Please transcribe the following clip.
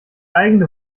eigene